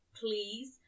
please